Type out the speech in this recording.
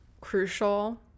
crucial